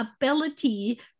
ability